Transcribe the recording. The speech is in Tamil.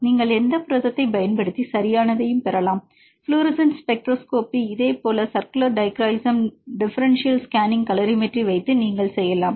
நீங்கள் எந்த புரதத்தை பயன்படுத்தி சரியானதைப் பெறலாம் ஃப்ளோரசன்ஸ் ஸ்பெக்ட்ரோஸ்கோபி இதே போல் சர்குலர் டைக்ரோயிசம் மற்றும் டிபரன்ஷியல் ஸ்கேனிங் கலோரிமெட்ரி வைத்து நீங்கள் செய்யலாம்